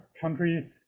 country